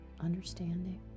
understanding